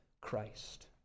Christ